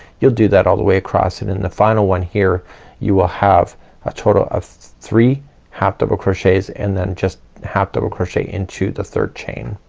you'll do that all the way across and the final one here you will have a total of three half double crochets and then just half double crochet into the third chain.